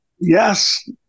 Yes